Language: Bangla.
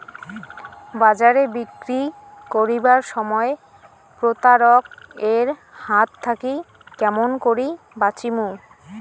বাজারে বিক্রি করিবার সময় প্রতারক এর হাত থাকি কেমন করি বাঁচিমু?